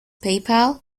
paypal